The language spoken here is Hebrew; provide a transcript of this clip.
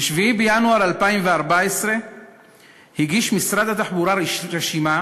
ב-7 בינואר 2014 הגיש משרד התחבורה רשימה